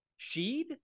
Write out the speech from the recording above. Sheed